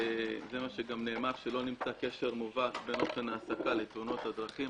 שגם נאמר שלא נמצא קשר מובהק בין אופן ההעסקה לתאונות הדרכים,